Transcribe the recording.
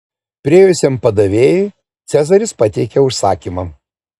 priėjusiam padavėjui cezaris pateikė užsakymą